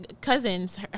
cousins